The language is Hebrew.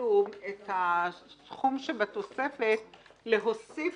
בתשלום את הסכום שבתוספת להוסיף